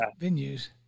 venues